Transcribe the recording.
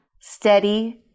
Steady